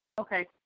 Okay